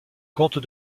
comte